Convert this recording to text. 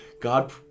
God